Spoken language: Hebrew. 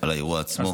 על האירוע עצמו.